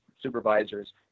supervisors